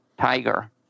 Tiger